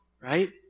right